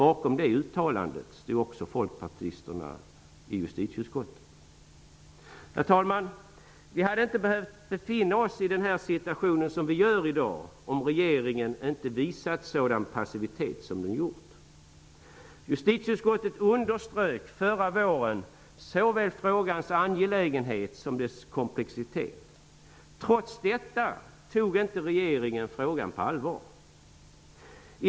Bakom det uttalandet stod också folkpartisterna i justitieutskottet. Herr talman! Vi hade inte behövt befinna oss i den situation som vi befinner oss i i dag om regeringen inte hade visat sådan passivitet som den har visat. Justitieutskottet underströk förra våren såväl frågans angelägenhet som dess komplexitet. Trots detta tog inte regeringen frågan på allvar.